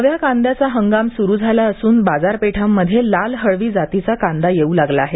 नव्या कांद्याचा हंगाम सुरू झाला असून बाजारपेठांमध्ये लाल हळवी जातीचा कांदा येऊ लागला आहे